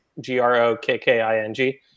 G-R-O-K-K-I-N-G